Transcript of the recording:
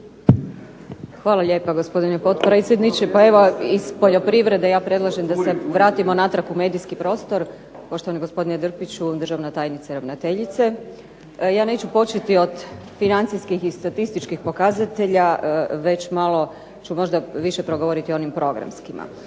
Hvala lijepa gospodine potpredsjedniče. Pa evo iz poljoprivrede ja predlažem da se vratimo natrag u medijski prostor, poštovani gospodine Drpiću, državna tajnice, ravnateljice, ja neću početi od financijskih i statističkih pokazatelja već malo ću možda više progovoriti o onim programskima.